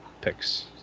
picks